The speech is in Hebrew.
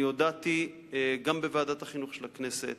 הודעתי גם בוועדת החינוך של הכנסת